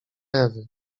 ewy